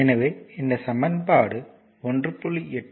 எனவே இந்த சமன்பாடு 1